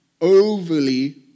overly